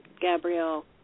Gabrielle